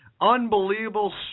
Unbelievable